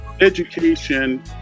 education